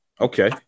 okay